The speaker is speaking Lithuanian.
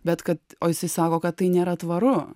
bet kad o jisai sako kad tai nėra tvaru